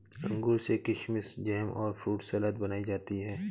अंगूर से किशमिस जैम और फ्रूट सलाद बनाई जाती है